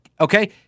Okay